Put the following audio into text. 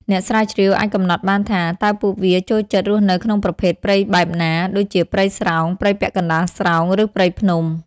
អ្នកស្រាវជ្រាវអាចកំណត់បានថា តើពួកវាចូលចិត្តរស់នៅក្នុងប្រភេទព្រៃបែបណា ដូចជាព្រៃស្រោង ព្រៃពាក់កណ្ដាលស្រោង ឬព្រៃភ្នំ។